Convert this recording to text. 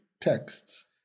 texts